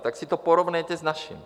Tak si to porovnejte s naším.